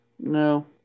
No